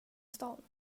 stan